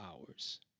hours